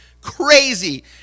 crazy